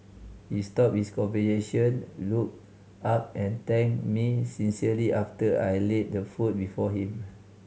he stopped his conversation looked up and thanked me sincerely after I laid the food before him